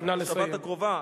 לשבת הקרובה,